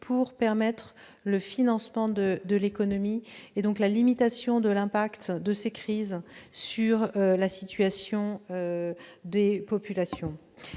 pour permettre de financer l'économie et donc de limiter l'impact de ces crises sur la situation des populations.